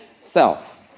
self